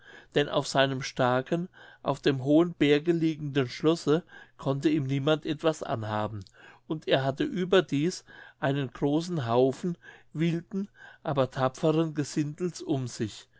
denn auf seinem starken auf dem hohen berge liegenden schlosse konnte ihm niemand etwas anhaben und er hatte überdies einen übergroßen haufen wilden aber tapferen gesindels um sich